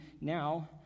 now